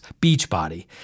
Beachbody